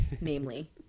namely